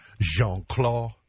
Jean-Claude